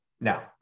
now